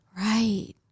Right